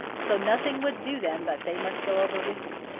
so nothing would do them but they must go over with me.